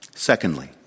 Secondly